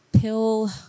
pill